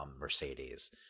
Mercedes